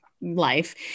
life